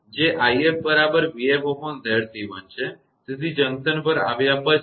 જે 𝑖𝑓 બરાબર 𝑣𝑓𝑍𝑐1 છે તેથી જંકશન પર આવ્યા પછી